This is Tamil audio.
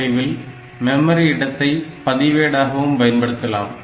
8085 இல் மெமரி இடத்தை பதிவேடாகவும் பயன்படுத்தலாம்